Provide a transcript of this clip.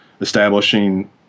establishing